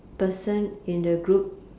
person in the group